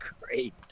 great